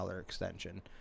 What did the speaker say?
extension